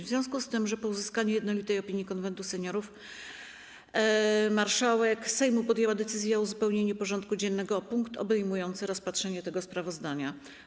W związku z tym, po uzyskaniu jednolitej opinii Konwentu Seniorów, marszałek Sejmu podjęła decyzję o uzupełnieniu porządku dziennego o punkt obejmujący rozpatrzenie tego sprawozdania.